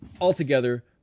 Altogether